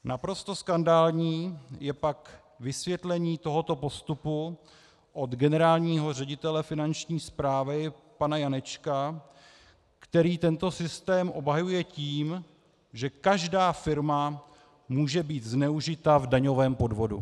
Naprosto skandální je pak vysvětlení tohoto postupu od generálního ředitele Finanční správy pana Janečka, který tento systém obhajuje tím, že každá firma může být zneužita v daňovém podvodu.